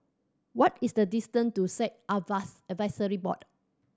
what is the distant to Sikh Advisory Board